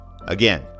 Again